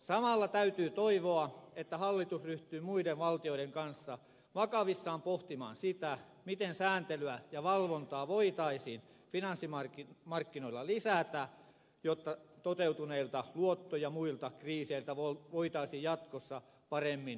samalla täytyy toivoa että hallitus ryhtyy muiden valtioiden kanssa vakavissaan pohtimaan sitä miten sääntelyä ja valvontaa voitaisiin finanssimarkkinoilla lisätä jotta toteutuneilta luotto ja muilta kriiseiltä voitaisiin jatkossa paremmin suojautua